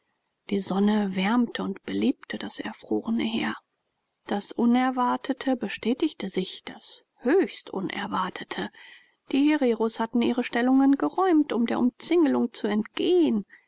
die sonne wärmte und belebte das erfrorene heer das unerwartete bestätigte sich das höchst unerwünschte die hereros hatten ihre stellungen geräumt um der umzingelung zu entgehen